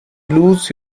lose